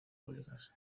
publicarse